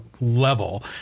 level